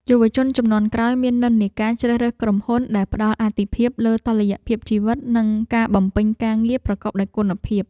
យុវជនជំនាន់ក្រោយមាននិន្នាការជ្រើសរើសក្រុមហ៊ុនដែលផ្តល់អាទិភាពលើតុល្យភាពជីវិត និងការបំពេញការងារប្រកបដោយគុណភាព។